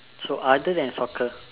so other than soccer